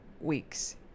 weeks